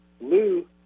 Lou